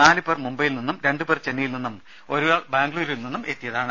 നാലു പേർ മുംബൈയിൽ നിന്നും രണ്ടു പേർ ചെന്നൈയിൽ നിന്നും ഒരാൾ ബാംഗ്ലൂരിൽ നിന്നും വന്നതാണ്